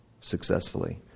successfully